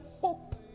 hope